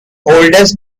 oldest